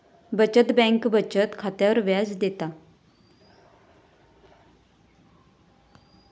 बचत बँक बचत खात्यावर व्याज देता